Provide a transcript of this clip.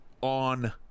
on